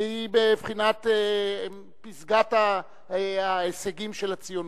בבחינת פסגת ההישגים של הציונות.